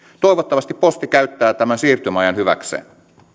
toivottavasti posti käyttää tämän siirtymäajan hyväkseen